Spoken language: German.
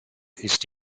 ist